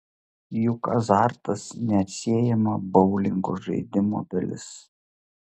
juk azartas neatsiejama boulingo žaidimo dalis